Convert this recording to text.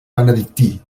benedictí